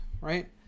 right